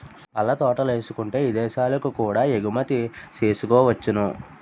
పళ్ళ తోటలేసుకుంటే ఇదేశాలకు కూడా ఎగుమతి సేసుకోవచ్చును